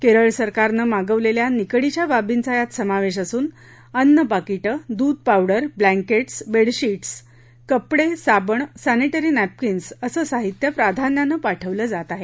केरळ सरकारनं मागवलेल्या निकडीच्या बाबींचा यात समावेश असून अन्न पाकिटे दूध पावडर ब्लॅकेट बेडशीट्स कपडे साबण सॅनिटरी नॅपकिन्स आदी साहित्य प्राधान्यानं पाठवलं जात आहे